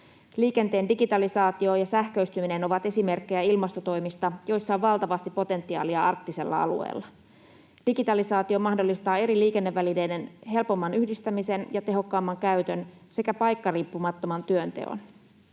Liikenteen digitalisaatio ja sähköistyminen ovat esimerkkejä ilmastotoimista, joissa on valtavasti potentiaalia arktisella alueella. Digitalisaatio mahdollistaa eri liikennevälineiden helpomman yhdistämisen ja tehokkaamman käytön sekä paikkariippumattoman työnteon.